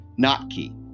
Notkey